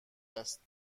است